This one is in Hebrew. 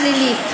בהגירה השלילית.